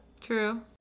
True